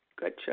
Gotcha